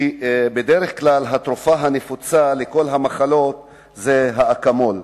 כי בדרך כלל התרופה הנפוצה לכל המחלות זה "אקמול",